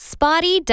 Spotty